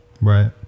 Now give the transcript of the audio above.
right